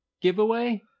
giveaway